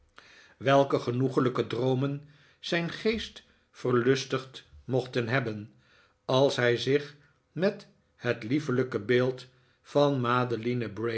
welke genoeglijke droomen zijn geest verlustigd mochten hebben als hij zich met het liefelijke beeld van madeline